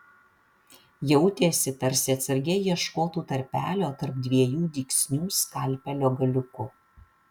jautėsi tarsi atsargiai ieškotų tarpelio tarp dviejų dygsnių skalpelio galiuku